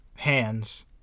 hands